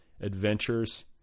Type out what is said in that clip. adventures